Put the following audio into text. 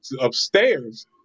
upstairs